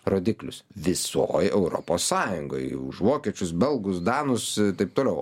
rodiklius visoj europos sąjungoj už vokiečius belgus danus ir taip toliau